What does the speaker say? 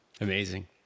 Amazing